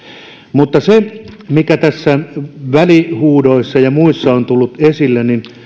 mutta todettakoon se mikä välihuudoissa ja muissa on tullut esille